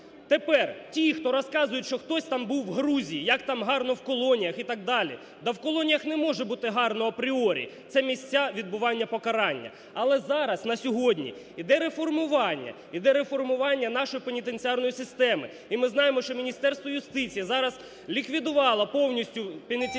Тепер ті, хто розказують, що хтось там був в Грузії, як там гарно в колоніях і так далі. Да в колоніях не може бути гарно, апріорій, це місця відбування покарання. Але зараз, на сьогодні, іде реформування, іде реформування нашої пенітенціарної системи. І ми знаємо, що Міністерство юстиції зараз ліквідувало повністю пенітенціарну